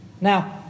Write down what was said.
Now